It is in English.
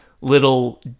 little